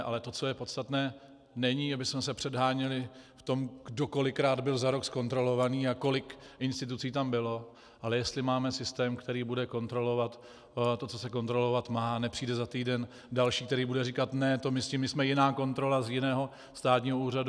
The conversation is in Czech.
Ale to, co je podstatné, není, abychom se předháněli, kdo byl kolikrát za rok zkontrolován a kolik institucí tam bylo, ale jestli máme systém, který bude kontrolovat to, co se kontrolovat má, a nepřijde za týden další, který bude říkat: Ne, my jsme jiná kontrola, z jiného státního úřadu.